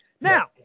Now